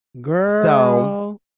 Girl